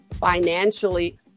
financially